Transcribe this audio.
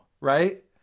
Right